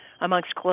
amongst